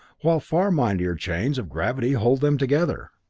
while far mightier chains of gravity hold them together.